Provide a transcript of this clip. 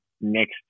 next